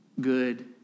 good